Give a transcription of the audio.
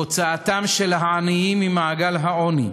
הוצאתם של העניים ממעגל העוני,